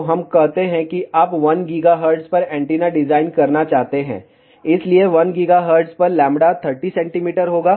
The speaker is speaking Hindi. तो हम कहते हैं कि आप 1 GHz पर एंटीना डिजाइन करना चाहते हैं इसलिए 1 GHz पर λ 30 cm होगा